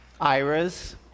Ira's